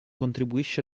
contribuisce